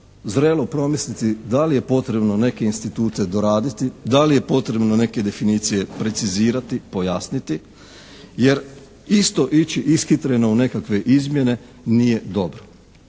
zrelo promisliti da li je potrebno neke institute doraditi, da li je potrebno na neke definicije precizirati, pojasniti. Jer isto ići ishitreno u nekakve izmjene nije dobro.